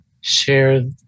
share